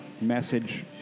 message